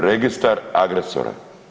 Registar agresora.